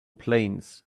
planes